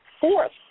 fourth